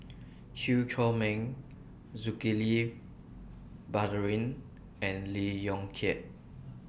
Chew Chor Meng Zulkifli Baharudin and Lee Yong Kiat